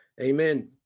Amen